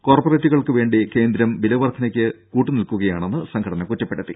കോർപ്പറേറ്റുകൾക്ക് വേണ്ടി കേന്ദ്രം വിലവർദ്ധനക്ക് കൂട്ടുനിൽക്കുകയാണെന്ന് സംഘടന കുറ്റപ്പെടുത്തി